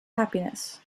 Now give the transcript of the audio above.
happiness